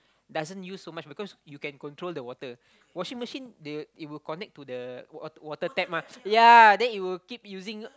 doesn't use so much because you can control the water washing machine the it will connect to the water water tap mah ya then it will keep using